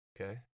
Okay